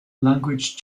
language